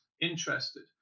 interested